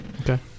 Okay